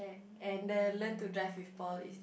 and the learn to dive with Paul is